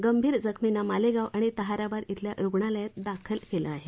गभीर जखमींना मालेगाव आणि ताहाराबाद धिल्या रुग्णालयात दाखल केलं आहे